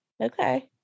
Okay